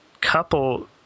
couple